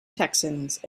texans